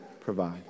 provide